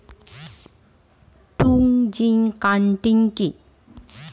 Two G cutting কি?